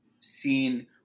seen